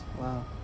Wow